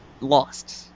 lost